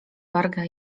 wargę